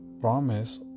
promise